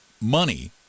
money